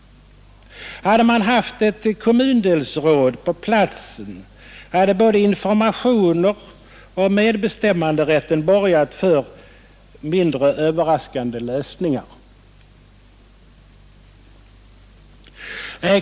Hade man haft ett kommundelsråd på platsen, hade både informationer och medbestämmanderätt borgat för mindre överraskande lösningar.